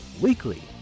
weekly